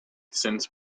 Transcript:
sense